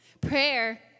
Prayer